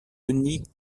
denis